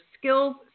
skills